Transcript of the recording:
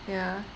ya